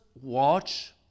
watch